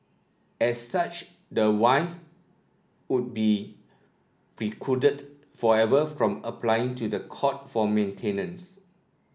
as such the wife would be precluded forever from applying to the court for maintenance